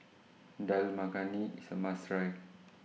Dal Makhani IS A must Try